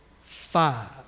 five